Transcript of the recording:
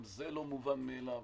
גם זה לא מובן מאליו.